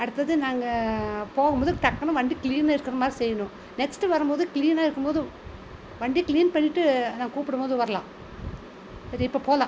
அடுத்தது நாங்கள் போகும் போது டக்குன்னு வண்டி க்ளீனாக இருக்கிற மாதிரி செய்யணும் நெக்ஸ்ட்டு வரும்போது க்ளீனாக இருக்கும் போது வண்டியை க்ளீன் பண்ணிவிட்டு நான் கூப்பிடும் போது வரலாம் சரி இப்போ போகலாம்